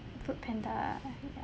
food panda